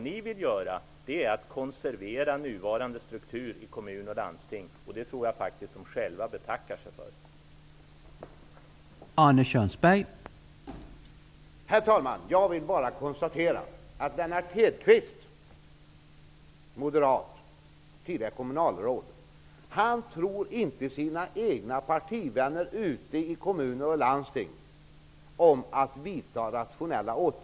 Ni socialdemokrater vill konservera nuvarande struktur i kommuner och landsting, och det tror jag faktiskt att man betackar sig för där.